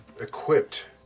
equipped